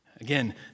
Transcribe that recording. Again